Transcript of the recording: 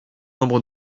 nombre